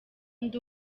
ndi